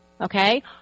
okay